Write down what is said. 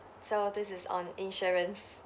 so this is on insurance